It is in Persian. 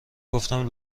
گفتم